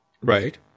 Right